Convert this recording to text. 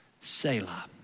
Selah